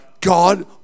God